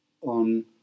on